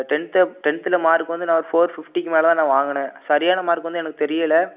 tenth of டென்த்தில் mark வந்து நான் ஒரு ஃபோர் ஃபிஃப்டிக்கு மேலே தான் நான் வாங்கினேன் சரியான மார்க் வந்து எனக்கு தெரியலை